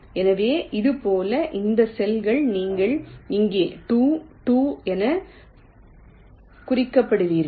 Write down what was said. எனவே இது போல இந்த செல்கள் நீங்கள் இங்கே 2 2 என குறிக்கப்படுவீர்கள்